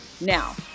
Now